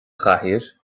chathaoir